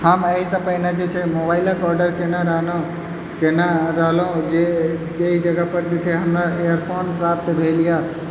हम एहिसँ पहिने जे छै से मोबाइलके आर्डर केने रहलहुँ जे जे अइ जगहपर छै जे इयरफोन प्राप्त भेल अइ